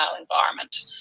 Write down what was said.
environment